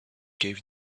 gave